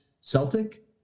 Celtic